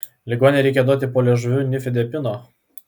ligonei reikia duoti po liežuviu nifedipino